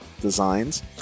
designs